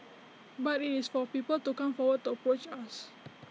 but IT is for people to come forward to approach us